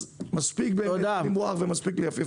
אז מספיק למרוח ומספיק ליפייף.